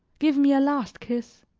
give me a last kiss.